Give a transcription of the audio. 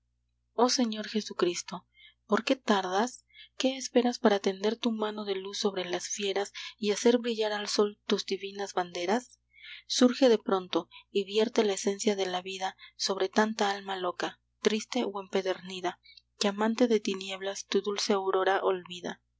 oh señor jesucristo por qué tardas qué esperas para tender tu mano de luz sobre las fieras y hacer brillar al sol tus divinas banderas surge de pronto y vierte la esencia de la vida sobre tanta alma loca triste o empedernida que amante de tinieblas tu dulce aurora olvida